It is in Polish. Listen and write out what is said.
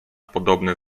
podobne